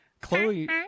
Chloe